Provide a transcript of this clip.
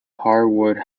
harwood